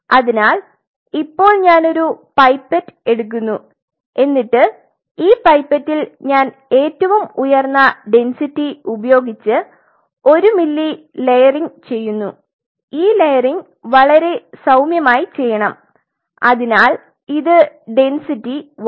അതിനാൽ ഇപ്പോൾ ഞാൻ ഒരു പൈപ്പറ്റ് എടുക്കുന്നു എന്നിട്ട് ഈ പൈപ്പറ്റിൽ ഞാൻ ഏറ്റവും ഉയർന്ന ഡെന്സിറ്റി ഉപയോഗിച്ച് 1 മില്ലി ലേയറിംഗ് ചെയ്യുന്നു ഈ ലേയറിംഗിന് വളരെ സൌമ്യമായി ചെയ്യണം അതിനാൽ ഇത് ഡെന്സിറ്റി 1